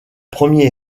premier